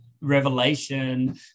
revelation